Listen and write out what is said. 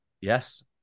Yes